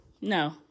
No